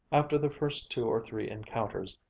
after the first two or three encounters,